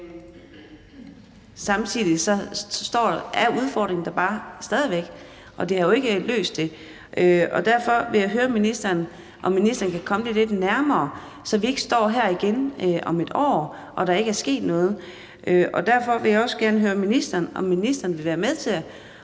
Samtidig er udfordringen der jo bare stadig væk; det har jo ikke løst det. Derfor vil jeg høre ministeren, om ministeren kan komme det lidt nærmere, så vi ikke står her igen om et år og der ikke er sket noget. Derfor vil jeg også gerne høre ministeren, om ministeren vil være med til sammen